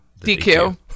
DQ